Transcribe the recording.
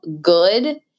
good